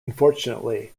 unfortunately